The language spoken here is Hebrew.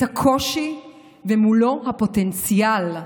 את הקושי ומולו הפוטנציאל.